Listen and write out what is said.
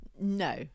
No